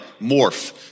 morph